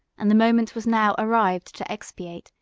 and the moment was now arrived to expiate,